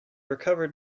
recovered